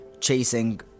chasing